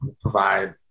provide